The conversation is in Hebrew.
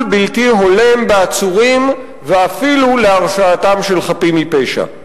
בלתי הולם בעצורים ואפילו להרשעתם של חפים מפשע.